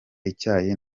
icyayi